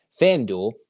FanDuel